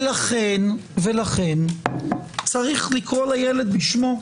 ולכן יש לקרוא לילד בשמו.